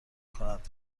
کند